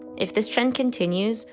if this trend continues,